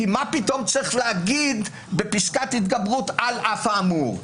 כי מה פתאום צריך להגיד בפסקת התגברות: על אף האמור.